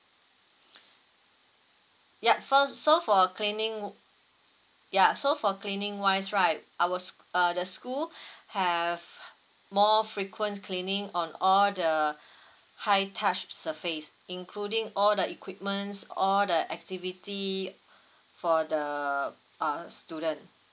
yup fo~ so for cleaning ya so for cleaning wise right our uh the school have more frequent cleaning on all the high touched surface including all the equipments all the activity for the uh student